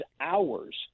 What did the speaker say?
hours